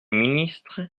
ministre